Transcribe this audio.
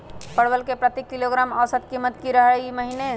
परवल के प्रति किलोग्राम औसत कीमत की रहलई र ई महीने?